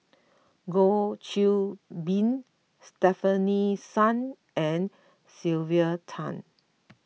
Goh Qiu Bin Stefanie Sun and Sylvia Tan